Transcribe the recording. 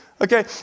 Okay